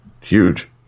Huge